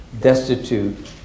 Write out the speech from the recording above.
destitute